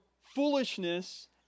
foolishness